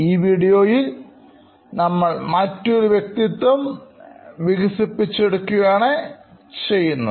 ഈ വീഡിയോയിൽ നമ്മൾ മറ്റൊരു വ്യക്തിത്വം വികസിപ്പിച്ചെടുക്കുകയാണ് ചെയ്യുന്നത്